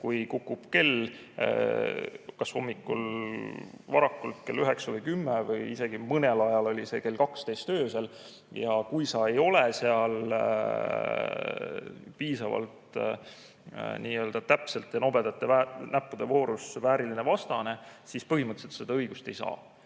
kui kukub kell kas hommikul varakult kell 9 või 10 või isegi mõnel ajal oli see kell 12 öösel, ja kui sa ei ole seal piisavalt täpselt nobedate näppude voorus vääriline vastane, siis põhimõtteliselt sa seda õigust ei saa.